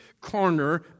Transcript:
corner